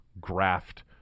graft